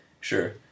Sure